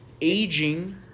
Aging